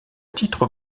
titre